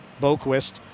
Boquist